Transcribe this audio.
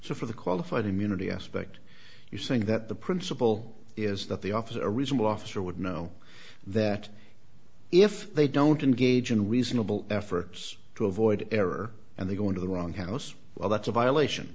so for the qualified immunity aspect you're saying that the principle is that the officer a reasonable officer would know that if they don't engage in reasonable efforts to avoid error and they go into the wrong house well that's a violation